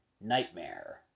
Nightmare